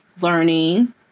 learning